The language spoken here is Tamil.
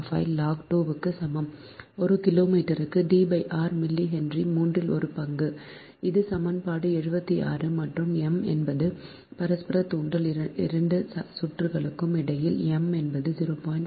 4605 log 2 க்கு சமம் ஒரு கிலோமீட்டருக்கு D r மில்லி ஹென்றி மூன்றில் ஒரு பங்கு இது சமன்பாடு 76 மற்றும் M என்பது பரஸ்பர தூண்டல் 2 சுற்றுகளுக்கு இடையில் M என்பது 0